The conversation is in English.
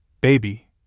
baby